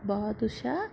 badusha